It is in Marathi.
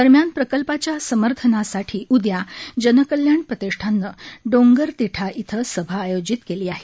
दरम्यान प्रकल्पाच्या समर्थनासाठी उदया जनकल्याण प्रतिष्ठाननं डोंगर तिठा इथं सभा आयोजित केली आहे